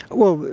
well,